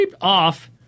off